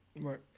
Right